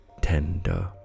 tender